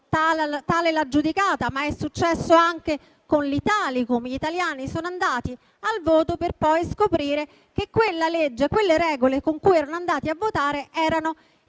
tale l'ha giudicata). È successo però anche con l'Italicum: gli italiani sono andati al voto per poi scoprire che quella legge e le regole con cui erano andati a votare erano